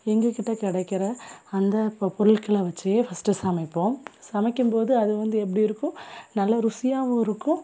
எங்கள்கிட்ட கிடைக்கிற அந்த ப பொருட்களை வச்சு ஃபஸ்ட்டு சமைப்போம் சமைக்கும் போது அது வந்து எப்படி இருக்கும் நல்ல ருசியாகவும் இருக்கும்